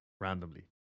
Randomly